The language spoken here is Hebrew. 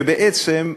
שבעצם,